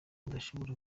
udashobora